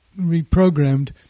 reprogrammed